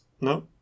No